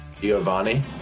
Giovanni